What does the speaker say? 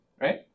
right